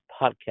podcast